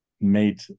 made